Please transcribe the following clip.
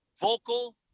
vocal